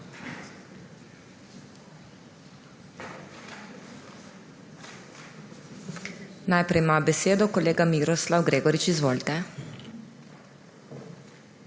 Najprej ima besedo kolega Miroslav Gregorič. Izvolite.